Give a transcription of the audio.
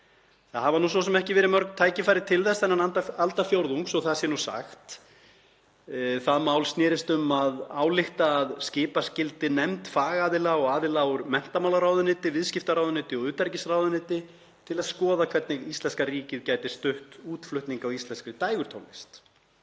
Það hafa svo sem ekki verið mörg tækifæri til þess þennan aldarfjórðung, svo að það sé nú sagt. Það mál snerist um að álykta um að skipa skyldi nefnd fagaðila og aðila úr menntamálaráðuneyti, viðskiptaráðuneyti og utanríkisráðuneyti til að skoða hvernig íslenska ríkið gæti stutt útflutning á íslenskri dægurtónlist.